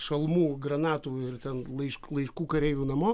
šalmų granatų ir ten laišk laiškų kareivių namo